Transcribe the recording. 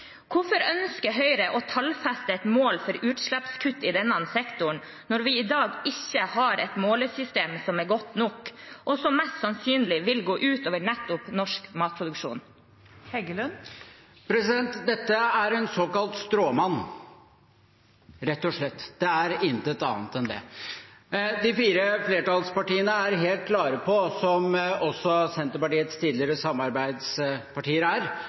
Hvorfor ønsker Høyre å tallfeste et mål for utslippskutt i denne sektoren, når vi i dag ikke har et målesystem som er godt nok, og som mest sannsynlig vil gå ut over nettopp norsk matproduksjon? Dette er en såkalt stråmann, rett og slett – det er intet annet enn det. De fire flertallspartiene er helt klare på – som også Senterpartiets tidligere samarbeidspartier er